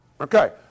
Okay